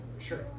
Sure